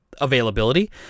availability